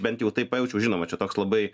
bent jau taip pajaučiau žinoma čia toks labai